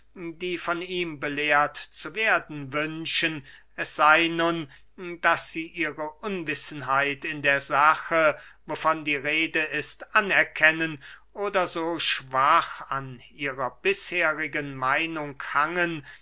die von ihm belehrt zu werden wünschen es sey nun daß sie ihre unwissenheit in der sache wovon die rede ist anerkennen oder so schwach an ihrer bisherigen meinung hangen